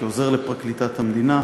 כעוזר לפרקליטת המדינה.